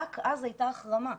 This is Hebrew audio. רק אז הייתה החרמה.